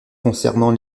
concernant